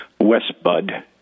Westbud